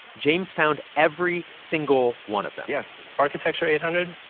james found every single one of them yes architecture eight hundred